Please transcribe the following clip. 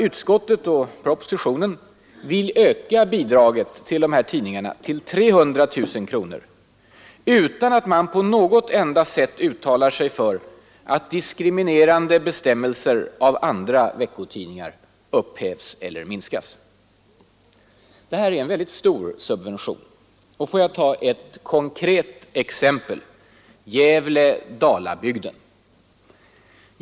Utskottet och regeringen vill öka bidraget till de här tidningarna till 300 000 kronor utan att man på något enda sätt uttalar sig för att bestämmelser som diskriminerar andra veckotidningar upphävs eller minskas. Det här är en väldigt stor subvention. Får jag ta ett konkret exempel: Nr 72 Gävle-Dalabygden.